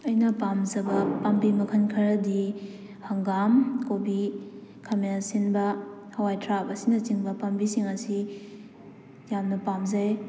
ꯑꯩꯅ ꯄꯥꯝꯖꯕ ꯄꯥꯝꯕꯤ ꯃꯈꯜ ꯈꯔꯗꯤ ꯍꯪꯒꯥꯝ ꯀꯣꯕꯤ ꯈꯥꯃꯦꯟ ꯑꯁꯤꯟꯕ ꯍꯋꯥꯏ ꯊ꯭ꯔꯥꯛ ꯑꯁꯤꯅꯆꯤꯡꯕ ꯄꯥꯝꯕꯤꯁꯤꯡ ꯑꯁꯤ ꯌꯥꯝꯅ ꯄꯥꯝꯖꯩ